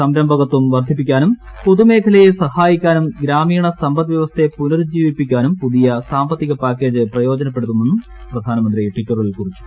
സംരംഭകത്വം വർദ്ധിപ്പിക്കാനും പൊതുമേഖലയെ സഹായിക്കാനും ഗ്രാമീണ സമ്പദ്വൃവസ്ഥയെ പുനരുജ്ജീവിപ്പിക്കാന്നും പുതിയ സാമ്പത്തിക പാക്കേജ് പ്രയോജനപ്പെടുമെന്നും പ്രധാന്ത്മിന്തി ടിറ്ററിൽ കുറിച്ചു